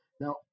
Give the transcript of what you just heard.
Now